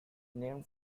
named